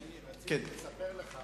דני, רציתי לספר לך,